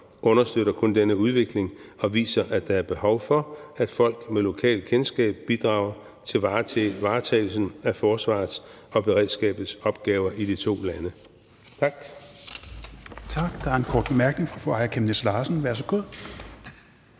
understøtter kun denne udvikling og viser, at der er behov for, at folk med lokalkendskab bidrager til varetagelsen af forsvarets og beredskabets opgaver i de to lande. Tak.